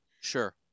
Sure